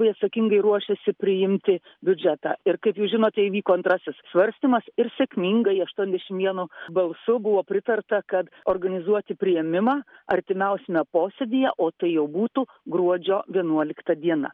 jie atsakingai ruošiasi priimti biudžetą ir kaip jūs žinote įvyko antrasis svarstymas ir sėkmingai aštuoniasdešimt vienu balsu buvo pritarta kad organizuoti priėmimą artimiausiame posėdyje o tai jau būtų gruodžio vienuolikta diena